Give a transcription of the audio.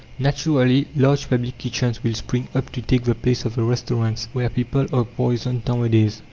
naturally large public kitchens will spring up to take the place of the restaurants, where people are poisoned nowadays.